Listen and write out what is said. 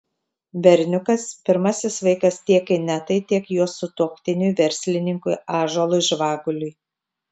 berniukas pirmasis vaikas tiek inetai tiek jos sutuoktiniui verslininkui ąžuolui žvaguliui